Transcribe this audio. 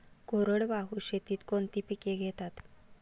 कोरडवाहू शेतीत कोणती पिके घेतात?